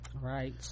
right